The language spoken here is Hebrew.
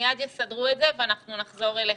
מיד יסדרו את זה ואנחנו נחזור אליכם.